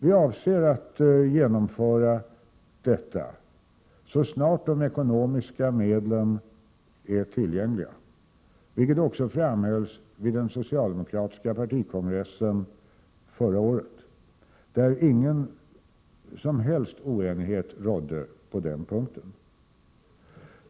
Vi avser att genomföra detta så snart de ekonomiska medlen är tillgängliga, vilket också framhölls vid den socialdemokratiska partikongressen förra året, där ingen som helst oenighet rådde på den punkten.